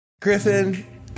Griffin